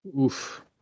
Oof